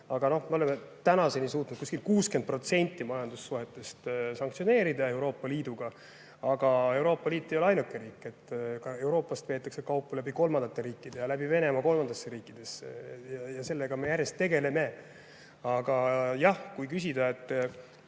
Aga me oleme tänaseni suutnud umbes 60% majandussuhetest sanktsioneerida Euroopa Liiduga. Aga Euroopa Liit ei ole ainuke. Ka Euroopast veetakse kaupa läbi kolmandate riikide ja läbi Venemaa kolmandatesse riikidesse. Sellega me järjest tegeleme. Aga kui küsida,